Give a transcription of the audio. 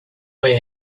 where